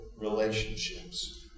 relationships